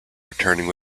returning